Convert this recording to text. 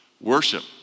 worship